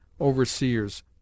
overseers